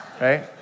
right